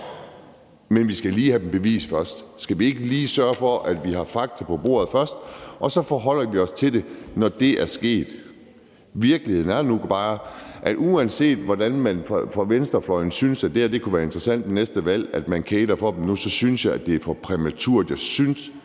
men vi skal lige have dem bevist først. Skal vi ikke lige sørge for, at vi har fakta på bordet først, og så forholder vi os til det, når det er sket? Virkeligheden er nu bare, at uanset at man fra venstrefløjens side synes, at det her kunne være interessant, og at man kæler for dem nu, synes jeg, det er for præmaturt. Jeg synes